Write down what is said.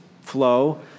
flow